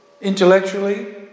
intellectually